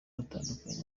batandukana